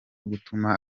gutuma